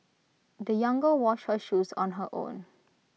the young girl washed her shoes on her own